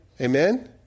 Amen